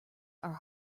are